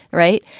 right.